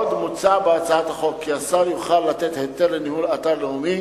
עוד מוצע בהצעת החוק כי השר יוכל לתת היתר לניהול אתר לאומי